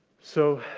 so,